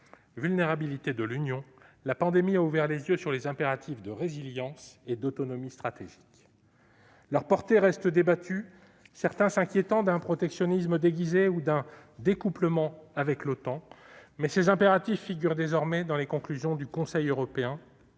vulnérabilité de l'Union, la pandémie a ouvert les yeux sur les impératifs de résilience et d'autonomie stratégique. Leur portée reste débattue, certains s'inquiétant d'un protectionnisme déguisé ou d'un découplement d'avec l'OTAN (Organisation du traité de l'Atlantique Nord), mais ces impératifs figurent désormais dans les conclusions du Conseil européen